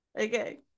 Okay